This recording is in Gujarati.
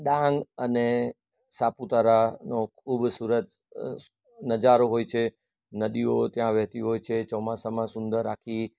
ડાંગ અને સાપુતારાનો ખૂબસૂરત નજારો હોય છે નદીઓ ત્યાં વહેતી હોય છે ચોમાસામાં સુંદર આખી